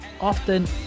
often